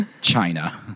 China